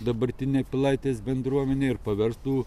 dabartinė pilaitės bendruomenė ir paverstų